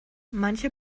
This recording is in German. manche